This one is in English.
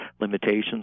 limitations